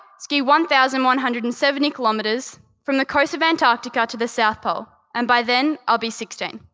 ski one thousand one hundred and seventy kilometers from the coast of antarctica to the south pole, and by then, i'll be sixteen.